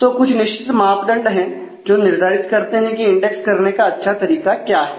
तो कुछ निश्चित मापदंड है जो निर्धारित करते हैं कि इंडेक्स करने का अच्छा तरीका क्या है